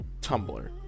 Tumblr